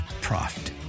Proft